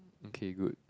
okay good